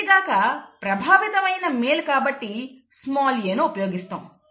అంతేకాక ప్రభావితమైన మేల్ కాబట్టి స్మాల్ a ను ఉపయోగిస్తాం